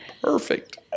perfect